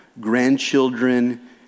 grandchildren